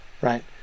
right